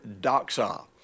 doxa